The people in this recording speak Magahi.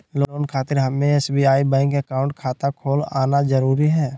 लोन खातिर हमें एसबीआई बैंक अकाउंट खाता खोल आना जरूरी है?